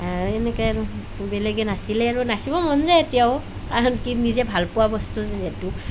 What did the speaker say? এনেকৈ আৰু বেলেগে নাচিলে আৰু নাচিব মন যায় এতিয়াও কাৰণ কি নিজে ভাল পোৱা বস্তু যিহেতু